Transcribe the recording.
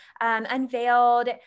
unveiled